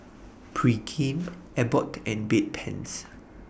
Pregain Abbott and Bedpans